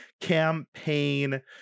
campaign